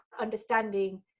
understanding